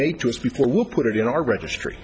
made to us before we put it in our registry